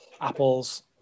Apples